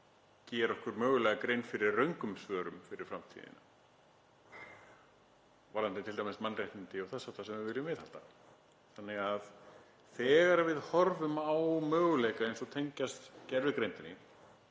gera okkur mögulega grein fyrir röngum svörum fyrir framtíðina, varðandi t.d. mannréttindi og þess háttar sem við viljum viðhalda. Þannig að þegar við horfum á möguleika eins og tengjast gervigreindinni